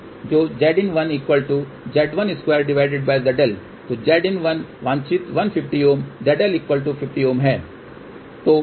तो Zin1 Z12ZL Zin1 वांछित 150 ZL 50 है